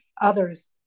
others